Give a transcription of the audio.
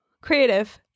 Creative